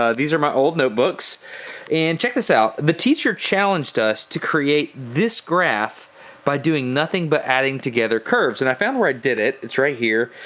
ah these are my old notebooks and check this out. the teacher challenged us to create this graph by doing nothing but adding together curves. and i found where i did it, it's right here.